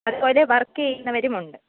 അതുപോലെ വർക്ക് ചെയ്യുന്നവരും ഉണ്ട്